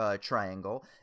triangle